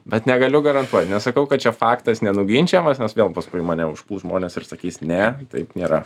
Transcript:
bet negaliu garantuot nesakau kad čia faktas nenuginčijamas nes vėl paskui mane užpuls žmonės ir sakys ne taip nėra